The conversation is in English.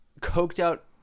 coked-out